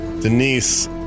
Denise